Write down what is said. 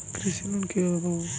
কৃষি লোন কিভাবে পাব?